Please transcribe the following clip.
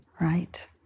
right